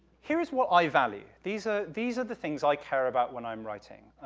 here's what i value. these ah these are the things i care about when i'm writing.